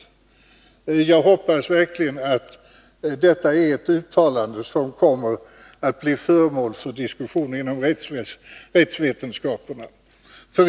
Jag hoppas verkligen att uttalandet kommer att bli föremål för diskussion inom rättsvetenskaperna.